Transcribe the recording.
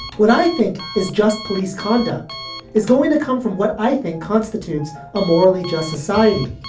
what i think is just police conduct is going to come from what i think constitutes a morally just society.